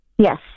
Yes